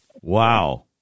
Wow